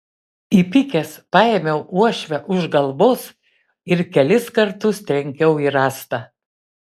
įpykęs paėmiau uošvę už galvos ir kelis kartus trenkiau į rąstą